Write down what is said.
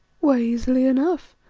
why, easily enough.